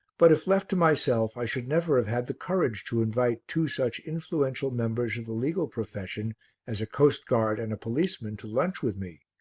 but if left to myself, i should never have had the courage to invite two such influential members of the legal profession as a coastguard and a policeman to lunch with me,